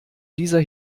dieser